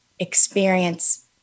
experience